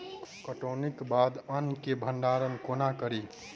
कटौनीक बाद अन्न केँ भंडारण कोना करी?